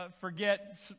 Forget